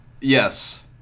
Yes